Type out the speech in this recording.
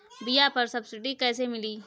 बीया पर सब्सिडी कैसे मिली?